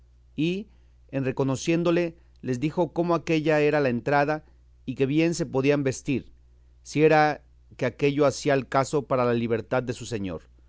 y en reconociéndole les dijo como aquélla era la entrada y que bien se podían vestir si era que aquello hacía al caso para la libertad de su señor